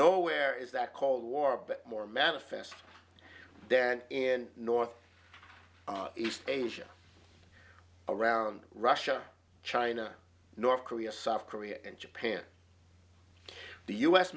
nowhere is that cold war a bit more manifest then in north east asia around russia china north korea south korea and japan the u